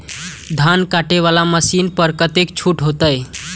धान कटे वाला मशीन पर कतेक छूट होते?